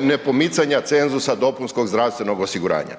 nepomicanja cenzusa dopunskog zdravstvenog osiguranja.